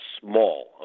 small